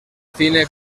cine